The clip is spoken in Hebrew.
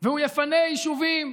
והוא יפנה יישובים